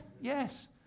Yes